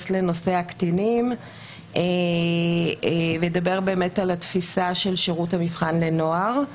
לנושא הקטינים ואדבר באמת על התפיסה של שירות המבחן לנוער.